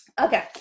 okay